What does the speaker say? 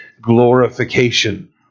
glorification